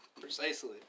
Precisely